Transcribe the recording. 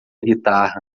guitarra